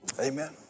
Amen